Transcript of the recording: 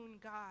God